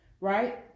right